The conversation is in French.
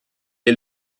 est